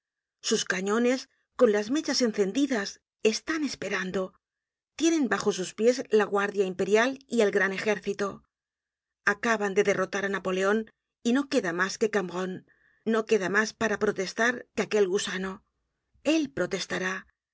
sus cañones con las mechas encendidas están esperando tienen bajo sus pies la guardia imperial y el gran ejército acaban de derrotar á napoleon y no queda mas que cambronne no queda para protestar mas que aquel gusano el protestará